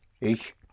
Ich